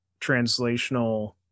translational